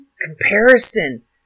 comparison